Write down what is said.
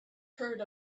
heard